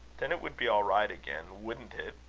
then it would be all right again wouldn't it?